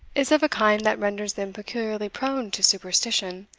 is of a kind that renders them peculiarly prone to superstition,